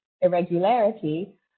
irregularity